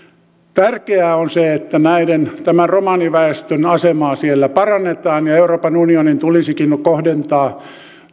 tärkeää on se että tämän romaniväestön asemaa siellä parannetaan ja euroopan unionin tulisikin kohdentaa